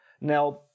now